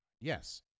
yes